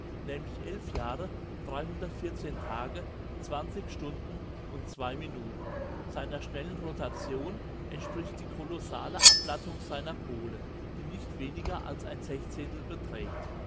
nämlich jahre tage stunden und zwei minuten seiner schnellen rotation entspricht die kolossale abplattung seiner pole die nicht weniger als ein sechzehntel beträgt